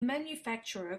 manufacturer